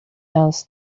else